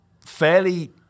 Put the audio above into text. fairly